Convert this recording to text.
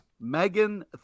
Megan